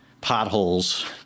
potholes